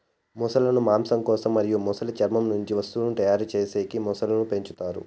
మొసళ్ళ ను మాంసం కోసం మరియు మొసలి చర్మం నుంచి వస్తువులను తయారు చేసేకి మొసళ్ళను పెంచుతారు